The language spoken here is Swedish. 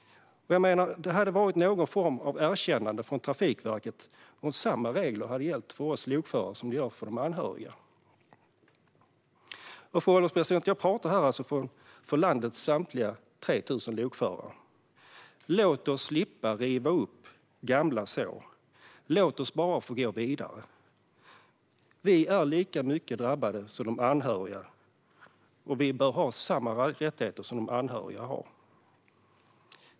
Jag menar att det hade varit någon form av erkännande från Trafikverket om samma regler hade gällt för oss lokförare som för de anhöriga. Fru ålderspresident! Jag pratar här för landets samtliga 3 000 lokförare. Låt oss slippa riva upp gamla sår. Låt oss bara få gå vidare. Vi är lika mycket drabbade som de anhöriga, och vi bör ha samma rättigheter som de anhöriga har.